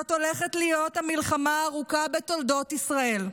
זאת הולכת להיות המלחמה הארוכה בתולדות ישראל,